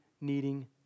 needing